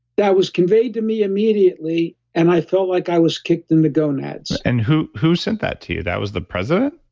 that was conveyed to me immediately, and i felt like i was kicked in the gonads and who who sent that to you? that was the president?